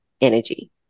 energy